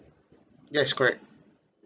yes correct